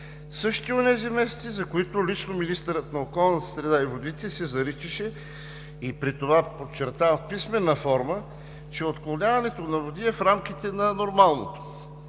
Същите онези месеци, за които лично министърът на околната среда и водите се заричаше, и при това, подчертавам, в писмена форма, че отклоняването на води е в рамките на нормалното